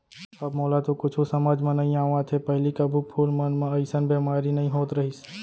अब मोला तो कुछु समझ म नइ आवत हे, पहिली कभू फूल मन म अइसन बेमारी नइ होत रहिस